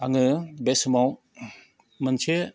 आङो बे समाव मोनसे